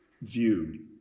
view